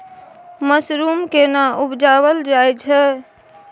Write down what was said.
Mushroom केना उबजाबल जाय छै?